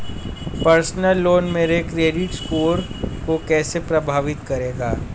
Personal loan मेरे credit score को कैसे प्रभावित करेगा?